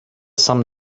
some